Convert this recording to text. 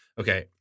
Okay